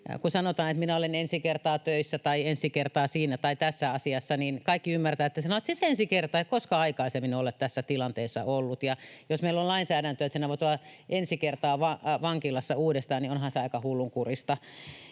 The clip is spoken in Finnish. Kun sanotaan, että minä olen ensi kertaa töissä tai ensi kertaa siinä tai tässä asiassa, niin kaikki ymmärtävät, että sinä olet siis ensi kertaa, et koskaan aikaisemmin ole tässä tilanteessa ollut, mutta jos meillä on lainsäädäntöä, että sinä voit olla ensi kertaa vankilassa uudestaan, niin onhan se aika hullunkurista.